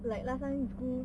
like last time in school